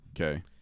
Okay